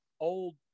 old